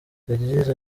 yagize